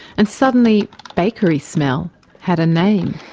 and suddenly bakery smell had a name